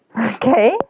Okay